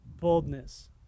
boldness